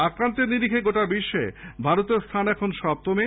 আক্রান্তের নিরিখে গোটা বিশ্বে ভারতের স্থান এখন সপ্তমে